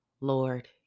Lord